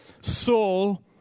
Saul